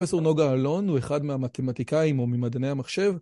פרופסור נוגה אלון הוא אחד מהמתמטיקאים או ממדעני המחשב